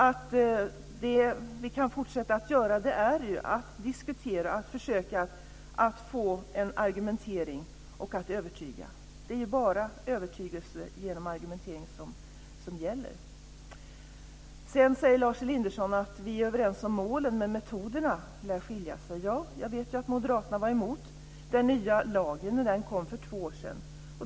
Det som vi kan fortsätta att göra är att diskutera, argumentera och övertyga. Det är ju bara övertygelse genom argumentering som gäller. Sedan säger Lars Elinderson att vi är överens om målen men att metoderna lär skilja sig åt. Ja, jag vet att moderaterna var emot den nya lagen när den kom för två år sedan.